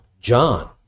John